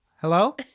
Hello